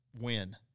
Win